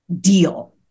deal